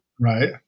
Right